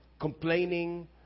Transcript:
Complaining